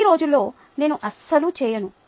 ఈ రోజుల్లో నేను అస్సలు చేయను